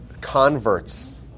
converts